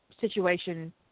situation